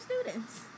students